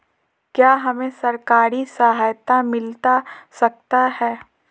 क्या हमे सरकारी सहायता मिलता सकता है?